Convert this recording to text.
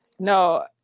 No